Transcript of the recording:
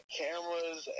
cameras